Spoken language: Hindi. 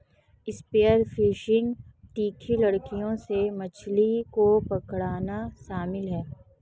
स्पीयर फिशिंग तीखी लकड़ी से मछली को पकड़ना शामिल है